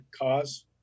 Cause